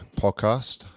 podcast